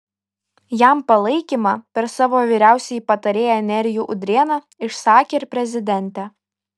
jam palaikymą per savo vyriausiąjį patarėją nerijų udrėną išsakė ir prezidentė